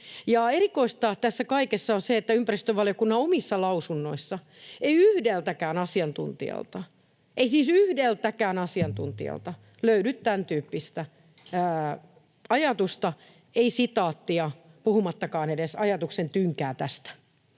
Erikoista tässä kaikessa on se, että ympäristövaliokunnan omissa lausunnoissa ei yhdeltäkään asiantuntijalta, ei siis yhdeltäkään asiantuntijalta, löydy tämän tyyppistä ajatusta, ei sitaattia puhumattakaan edes ajatuksen tynkää tästä.